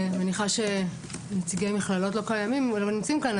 אני מניחה שנציגי מכללות לא נמצאים כאן,